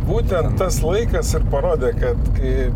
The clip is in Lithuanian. būtent tas laikas ir parodė kad kai